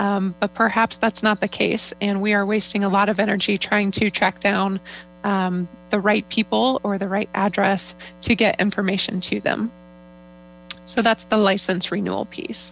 but perhaps that's not the case and we are wasting a lot of energy trying to track down the right people or the right address to get information to them so that's the license renewal piece